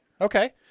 Okay